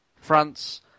France